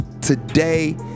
Today